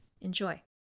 Enjoy